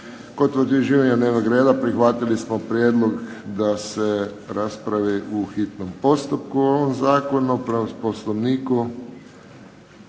Kod utvrđivanja dnevnog reda prihvatili smo prijedlog da se raspravi u hitnom postupku ovaj zakon. Prema Poslovniku